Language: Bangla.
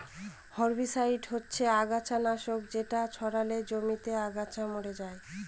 হার্বিসাইড হচ্ছে আগাছা নাশক যেটা ছড়ালে জমিতে আগাছা মরে যায়